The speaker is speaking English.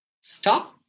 Stop